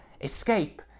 escape